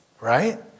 right